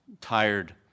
tired